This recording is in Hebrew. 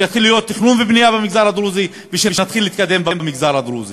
שיתחילו להיות תכנון ובנייה במגזר הדרוזי ושנתחיל להתקדם במגזר הדרוזי.